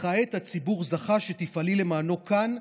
וכעת הציבור זכה שתפעלי למענו כאן,